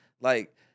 Like-